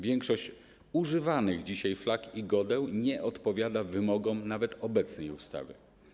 Większość używanych dzisiaj flag i godeł nie odpowiada wymogom nawet obecnej ustawy.